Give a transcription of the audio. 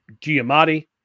Giamatti